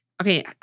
Okay